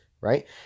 right